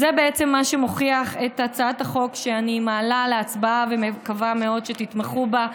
זה מה שמוכיח את הצעת החוק שאני מעלה להצבעה ומקווה מאוד שתתמכו בה,